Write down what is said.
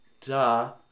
duh